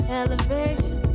elevation